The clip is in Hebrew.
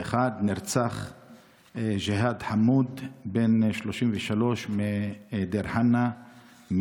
באוקטובר 2021 נרצח ג'יהאד חמוד בן ה-33 מדיר חנא,